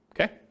Okay